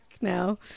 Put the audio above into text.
now